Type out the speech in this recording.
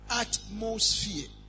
atmosphere